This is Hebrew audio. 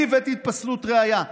אני הבאתי את חוק פסלות ראיה.